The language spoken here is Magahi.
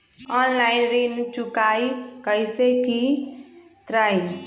ऑनलाइन ऋण चुकाई कईसे की ञाई?